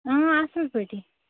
اۭں اَصٕل پٲٹھی